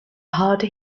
harder